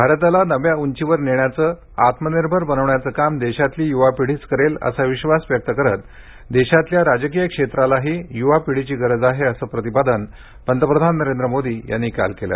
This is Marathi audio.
राष्ट्रीय युवा संसद भारताला नव्या उंचीवर नेण्याचं आत्मनिर्भर बनवण्याचं काम देशातली युवा पिढीच करेल असा विश्वास व्यक्त करत देशातल्या राजकीय क्षेत्रालाही युवा पिढीची गरज आहे असं प्रतिपादन पतप्रधान नरेंद्र मोदी यांनी काल केलं